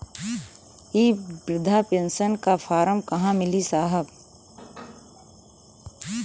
इ बृधा पेनसन का फर्म कहाँ मिली साहब?